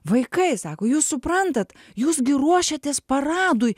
vaikai sako jūs suprantat jūs gi ruošiatės paradui